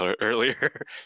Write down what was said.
earlier